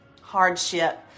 hardship